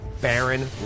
Baron